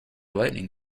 lightning